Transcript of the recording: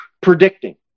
predicting